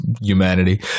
humanity